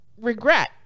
Regret